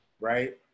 right